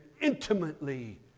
intimately